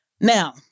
Now